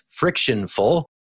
frictionful